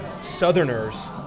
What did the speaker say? Southerners